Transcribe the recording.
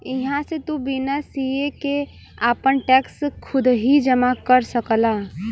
इहां से तू बिना सीए के आपन टैक्स खुदही जमा कर सकला